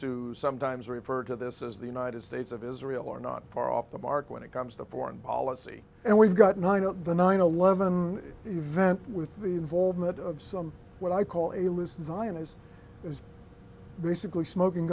who sometimes refer to this as the united states of israel are not far off the mark when it comes to foreign policy and we've got nine of the nine eleven event with the involvement of some what i call a loose design is is basically smoking